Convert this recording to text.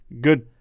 good